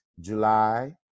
July